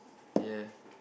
ya